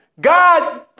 God